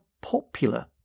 popular